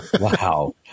Wow